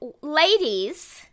ladies